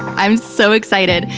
i'm so excited.